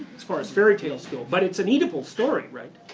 as far as fairy tales go. but it's an oedipal story, right?